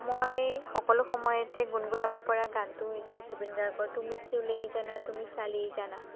মই সকলো সময়তেই গুনগুনাব পৰা গানটো হৈছে জুবিন গাৰ্গৰ তুমি চুলেই জানা তুমি চালেই জানা